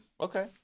okay